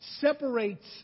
separates